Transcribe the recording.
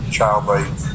childlike